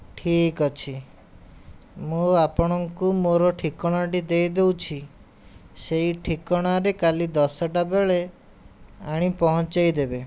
ଠିକ୍ ଅଛି ମୁଁ ଆପଣଙ୍କୁ ମୋର ଠିକଣାଟି ଦେଇଦେଉଛି ସେଇ ଠିକଣାରେ କାଲି ଦଶଟା ବେଳେ ଆଣି ପହଞ୍ଚାଇଦେବେ